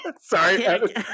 sorry